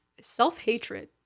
self-hatred